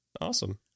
Awesome